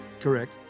Correct